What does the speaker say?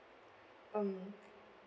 um